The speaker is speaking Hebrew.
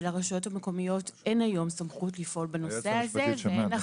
שלרשויות המקומיות אין היום סמכות לפעול בנושא הזה ואין אחריות.